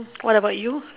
what about you